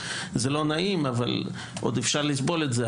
זה לא נעים אבל עוד אפשר לסבול את זה,